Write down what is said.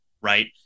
right